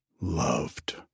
loved